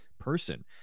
person